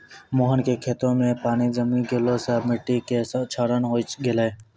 मोहन के खेतो मॅ पानी जमी गेला सॅ मिट्टी के क्षरण होय गेलै